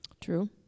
True